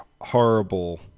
horrible